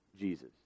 Jesus